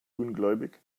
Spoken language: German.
ungläubig